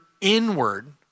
inward